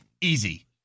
Easy